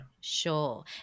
Sure